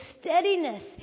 steadiness